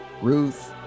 Ruth